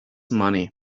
money